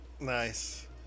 Nice